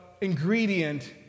ingredient